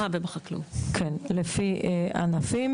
לפי ענפים.